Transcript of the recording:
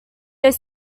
their